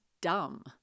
dumb